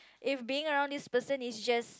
if being around this person is just